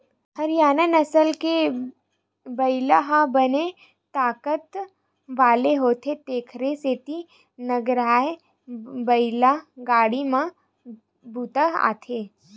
हरियाना नसल के बइला ह बने ताकत वाला होथे तेखर सेती नांगरए बइला गाड़ी म बूता आथे